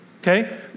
Okay